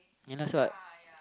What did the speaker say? ya that's what